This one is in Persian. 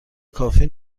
کافی